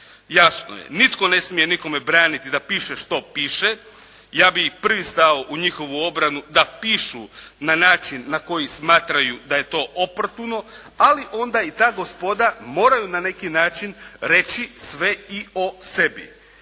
jasno je nitko ne smije nikome braniti da piše što piše, ja bih prvi stao u njihovu obranu da pišu na način na koji smatraju da je to oportuno, ali onda i ta gospoda moraju na neki način reći sve i o sebi.